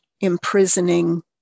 imprisoning